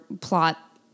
plot